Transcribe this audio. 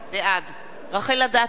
בעד רחל אדטו,